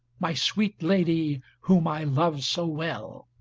my sweet lady, whom i love so well.